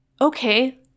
okay